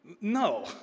No